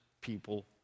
people